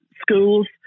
schools